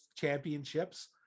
championships